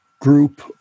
group